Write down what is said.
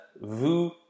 Vous